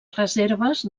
reserves